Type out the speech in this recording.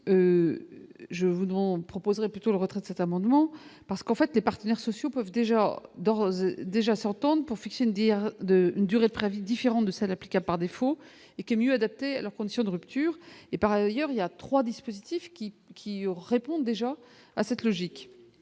demande proposerais plutôt le retrait de cet amendement parce qu'en fait les partenaires sociaux peuvent déjà, d'ores et déjà s'entendent pour fixer une dire de une durée préavis différente de celle appliquée à par défaut et qui, mieux adapté à leur condition de rupture et par ailleurs il y a 3 dispositifs qui qui répond déjà à cette logique